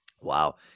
Wow